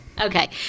Okay